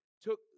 took